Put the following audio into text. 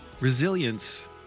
Resilience